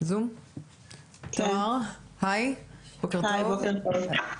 היי בוקר טוב.